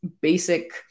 basic